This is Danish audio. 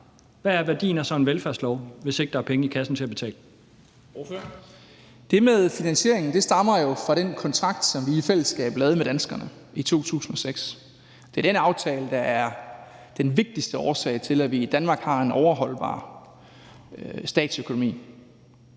Dam Kristensen): Ordføreren. Kl. 11:16 Christian Rabjerg Madsen (S): Det med finansieringen stammer jo fra den kontrakt, som vi i fællesskab lavede med danskerne i 2006. Det er den aftale, der er den vigtigste årsag til, at vi i Danmark har en overholdbar statsøkonomi.